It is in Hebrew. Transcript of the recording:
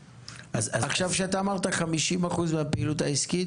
כשאתה אמרת 50% מהפעילות העסקית,